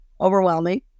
overwhelming